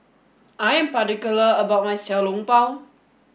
I am particular about my Xiao Long Bao